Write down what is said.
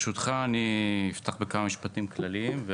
אני אפתח בכמה משפטים כלליים,